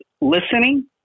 listening